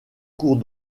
cours